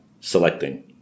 Selecting